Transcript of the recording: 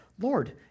Lord